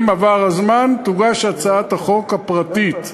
אם עבר הזמן, תוגש הצעת החוק הפרטית.